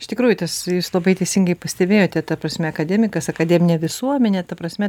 iš tikrųjų tas jūs labai teisingai pastebėjote ta prasme akademikas akademinė visuomenė ta prasme